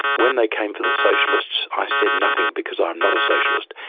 when they came for the socialists, i said nothing because i'm not a socialist.